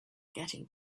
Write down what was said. getting